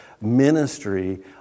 ministry